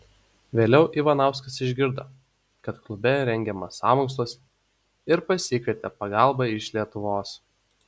vėliau ivanauskas išgirdo kad klube rengiamas sąmokslas ir pasikvietė pagalbą iš lietuvos